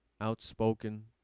outspoken